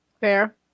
fair